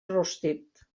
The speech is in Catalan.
rostit